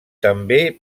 també